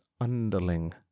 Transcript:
underling